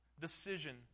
decision